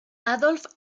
adolf